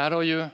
förbättras.